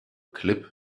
cliff